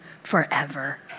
forever